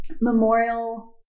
memorial